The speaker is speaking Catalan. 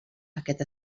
aquest